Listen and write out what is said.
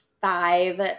five